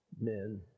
men